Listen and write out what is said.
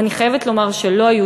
ואני חייבת לומר שלא היו